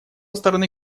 стороны